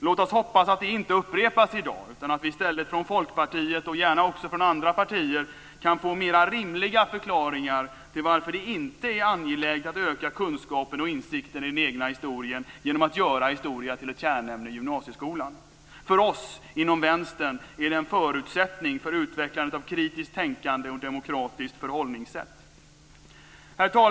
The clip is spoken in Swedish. Låt oss hoppas att det inte upprepas i dag utan att vi i stället från Folkpartiet, och gärna också från andra partier, kan få mera rimliga förklaringar till varför det inte är angeläget att öka kunskapen och insikten i den egna historien genom att göra historia till ett kärnämne i gymnasieskolan. För oss inom Vänstern är det en förutsättning för utvecklandet av ett kritiskt tänkande och ett demokratiskt förhållningssätt. Herr talman!